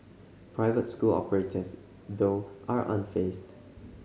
private school operators though are unfazed